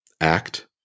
act